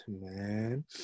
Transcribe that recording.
man